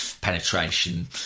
penetration